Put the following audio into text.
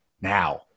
now